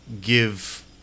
give